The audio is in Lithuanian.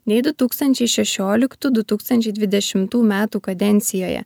nei du tūkstančiai šešioliktų du tūkstančiai dvidešimtų metų kadencijoje